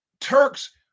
Turks